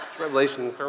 Revelation